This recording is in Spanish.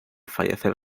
fallecer